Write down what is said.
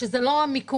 שזה לא המיכון,